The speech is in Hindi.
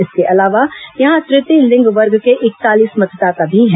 इसके अलावा यहां तृतीय लिंग वर्ग के इकतालीस मतदाता भी हैं